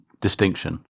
distinction